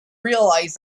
realize